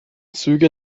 züge